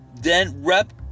then-rep